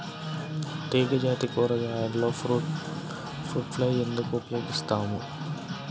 తీగజాతి కూరగాయలలో fruit fly ఎందుకు ఉపయోగిస్తాము?